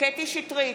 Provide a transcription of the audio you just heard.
קטי קטרין שטרית,